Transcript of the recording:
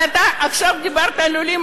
אבל אתה עכשיו דיברת על עולים,